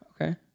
okay